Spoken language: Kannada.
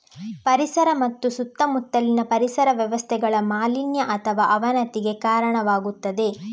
ಪರಿಸರ ಮತ್ತು ಸುತ್ತಮುತ್ತಲಿನ ಪರಿಸರ ವ್ಯವಸ್ಥೆಗಳ ಮಾಲಿನ್ಯ ಅಥವಾ ಅವನತಿಗೆ ಕಾರಣವಾಗುತ್ತದೆ